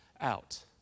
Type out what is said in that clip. out